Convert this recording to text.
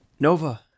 Nova